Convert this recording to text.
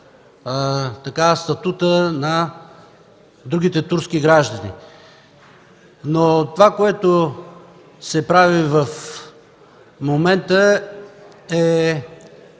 статута на другите турски граждани. Това, което се прави в момента –